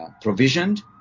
provisioned